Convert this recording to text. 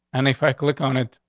and if i click on it,